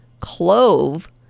clove